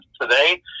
today